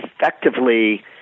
effectively